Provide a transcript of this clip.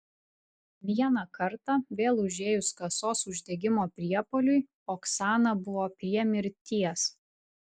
vieną kartą vėl užėjus kasos uždegimo priepuoliui oksana buvo prie mirties